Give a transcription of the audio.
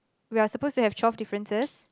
we're supposed to have twelve differences